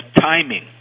timing